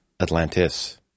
atlantis